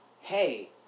hey